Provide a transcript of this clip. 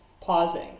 pausing